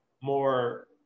more